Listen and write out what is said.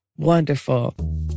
Wonderful